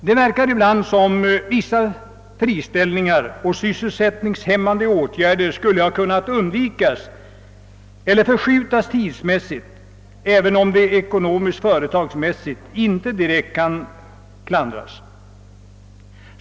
Det verkar ibland som om vissa friställningar och sysselsättningshämmande åtgärder skulle kunnat undvikas eller förskjutas tidsmässigt, även om de inte kan klandras ur företagsekonomisk synpunkt.